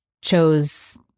chose